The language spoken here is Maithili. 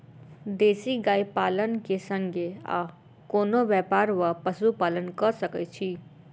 देसी गाय पालन केँ संगे आ कोनों व्यापार वा पशुपालन कऽ सकैत छी?